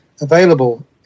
available